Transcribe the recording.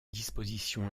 dispositions